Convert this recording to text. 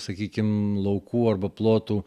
sakykim laukų arba plotų